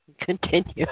Continue